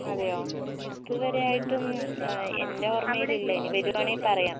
അതെയോ ഇതുവരെയായിട്ടും എൻ്റെ ഓർമയിൽ ഇല്ല ഇനി വരുവാണെങ്കിൽ പറയാം